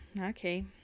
okay